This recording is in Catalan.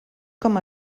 com